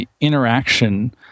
interaction